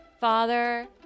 father